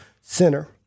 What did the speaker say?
center